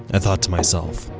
i thought to myself.